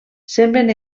semblen